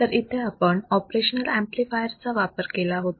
तर तिथे आपण ऑपरेशनल ऍम्प्लिफायर चा वापर केला होता